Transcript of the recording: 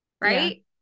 Right